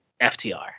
FTR